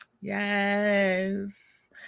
Yes